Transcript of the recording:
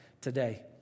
today